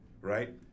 right